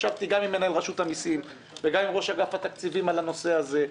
ישבתי גם עם מנהל רשות המסים וגם עם ראש אגף התקציבים על הנושא הזה,